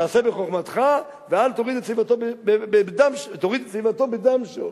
תעשה בחוכמתך ותוריד את שיבתו בדם שאול.